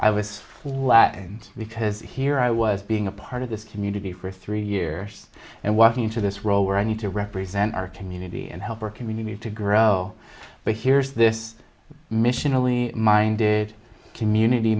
i was laughing because here i was being a part of this community for three years and walking into this role where i need to represent our community and help her community to grow but here is this mission only minded community